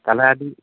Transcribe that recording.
ᱛᱟᱦᱚᱞᱮ ᱟᱹᱰᱤ